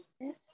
yes